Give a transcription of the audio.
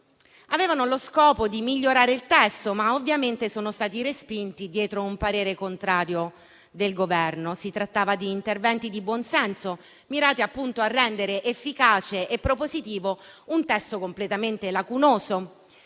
aveva lo scopo di migliorare il testo, ma ovviamente sono stati respinti, dietro un parere contrario del Governo. Si trattava di interventi di buon senso, mirati appunto a rendere efficace e propositivo un testo completamente lacunoso.